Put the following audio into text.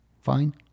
fine